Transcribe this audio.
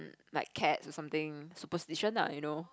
like cats or something superstition lah you know